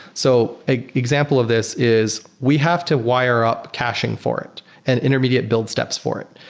so ah example of this is we have to wire up caching for it and intermediate build steps for it.